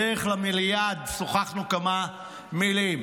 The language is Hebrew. בדרך למליאה שוחחנו כמה מילים.